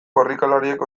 korrikalariek